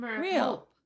real